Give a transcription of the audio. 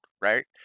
right